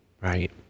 right